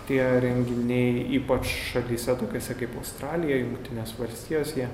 tie renginiai ypač šalyse tokiose kaip australija jungtinės valstijos jie